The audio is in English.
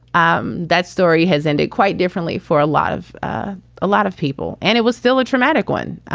um that story has ended quite differently for a lot of ah a lot of people. and it was still a traumatic one.